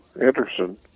Anderson